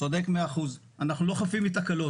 צודק מאה אחוז, אנחנו לא חפים מתקלות.